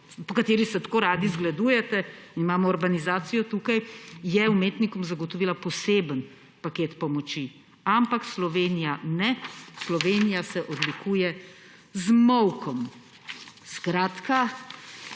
po kateri se tako radi zgledujete, tukaj imamo orbanizacijo, je umetnikom zagotovila poseben paket pomoči, ampak Slovenija ne. Slovenija se odlikuje z molkom. Če